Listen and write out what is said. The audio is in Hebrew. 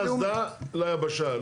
--- מאסדה ליבשה.